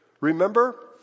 Remember